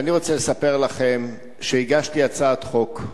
ואני רוצה לספר לכם שהגשתי הצעת חוק,